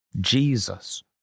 Jesus